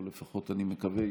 או לפחות אני מקווה.